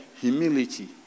humility